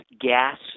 gas